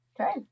Okay